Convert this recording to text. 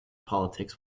politics